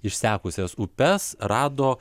išsekusias upes rado